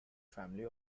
family